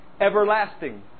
everlasting